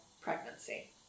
pregnancy